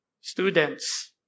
Students